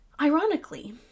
Ironically